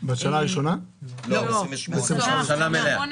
כן, ב-2028.